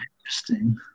interesting